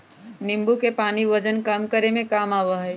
नींबू के पानी वजन कम करे में काम आवा हई